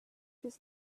does